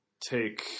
take